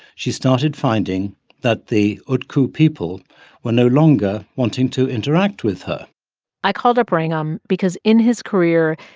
she started finding that the utku people were no longer wanting to interact with her i called up wrangham because in his career,